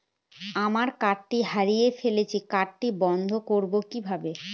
আমার কার্ডটি হারিয়ে ফেলেছি কার্ডটি বন্ধ করব কিভাবে?